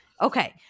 Okay